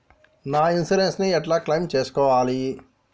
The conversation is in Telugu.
నా ఇన్సూరెన్స్ ని ఎట్ల క్లెయిమ్ చేస్కోవాలి?